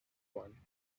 one